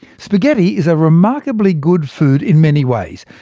spaghetti is a remarkably good food in many ways.